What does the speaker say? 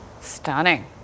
Stunning